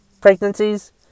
pregnancies